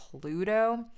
Pluto